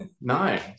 No